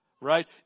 right